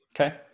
Okay